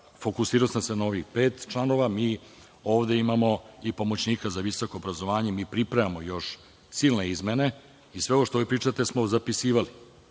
Fokusirao sam se na ovih pet članova. Mi ovde imamo i pomoćnika za visoko obrazovanje. Mi pripremamo još silne izmene i sve ovo što vi pričate smo zapisivali.